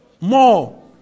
More